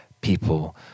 people